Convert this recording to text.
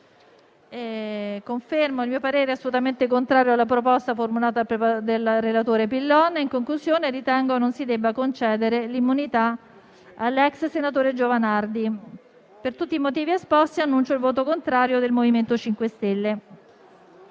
Confermo il mio parere assolutamente contrario alla proposta formulata dal relatore Pillon. In conclusione, ritengo non si debba concedere l'immunità all'ex senatore Giovanardi. Per tutti i motivi esposti, annuncio il voto contrario del MoVimento 5 Stelle.